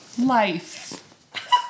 life